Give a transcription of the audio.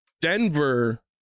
Denver